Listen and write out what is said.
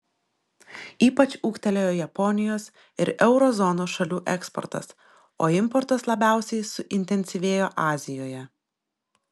ypač ūgtelėjo japonijos ir euro zonos šalių eksportas o importas labiausiai suintensyvėjo azijoje